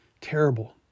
Terrible